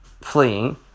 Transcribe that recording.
fleeing